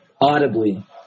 audibly